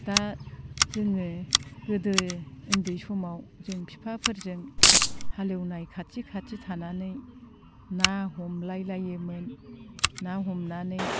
दा जोङो गोदो उन्दै समाव जों बिफाफोरजों हालेवनाय खाथि खाथि थानानै ना हमलाय लायोमोन ना हमनानै